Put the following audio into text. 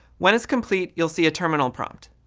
when it's complete, you'll see a terminal prompt.